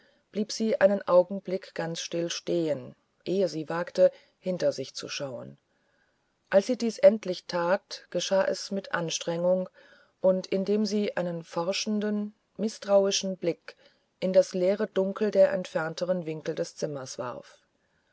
blieb sie einen augenblick ganz still stehen ehe sie wagte hinter sich zu schauen als sie dies endlich tat geschah es mit anstrengung und indem sie einen forschenden mißtrauischen blick in das leere dunkel der entfernteren winkel des zimmerswarf ihre